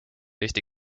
eesti